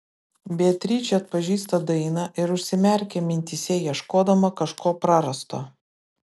beatričė atpažįsta dainą ir užsimerkia mintyse ieškodama kažko prarasto